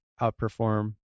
outperform